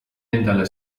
endale